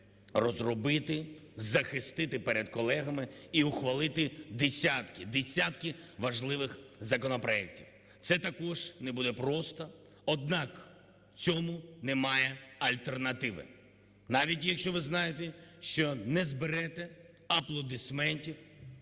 розробити, захистити перед колегами і ухвалити десятки, десятки важливих законопроектів. Це також не буде просто, однак цьому немає альтернативи. Навіть якщо ви знаєте, що не зберете аплодисментів